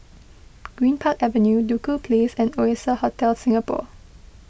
Greenpark Avenue Duku Place and Oasia Hotel Singapore